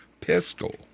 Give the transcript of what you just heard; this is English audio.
pistol